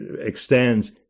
extends